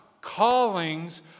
Callings